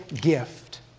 gift